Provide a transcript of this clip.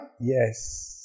Yes